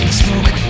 smoke